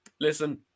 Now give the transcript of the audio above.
Listen